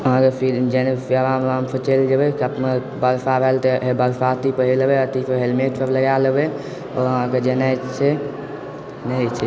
आराम आरामसँ चलि जेबय कखनहुँ वर्षा भेल तऽ बरसाती पहिर लेबय अथीसभ हेलमेटसभ लगा लेबय आओर अहाँकेँ जेनाइ छै रहैत छै